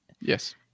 Yes